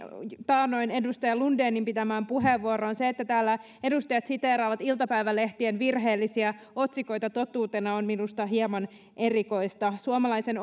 taannoin edustaja lundenin pitämän puheenvuoron johdosta se että täällä edustajat siteeraavat iltapäivälehtien virheellisiä otsikoita totuutena on minusta hieman erikoista suomalaisen